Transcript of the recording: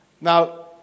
Now